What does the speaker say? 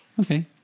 Okay